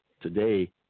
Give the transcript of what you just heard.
today